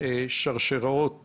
שרשראות